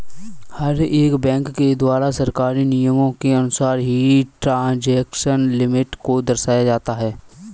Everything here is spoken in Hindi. हर एक बैंक के द्वारा सरकारी नियमों के अनुसार ही ट्रांजेक्शन लिमिट को दर्शाया जाता है